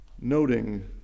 Noting